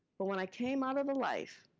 but when i came out of the life,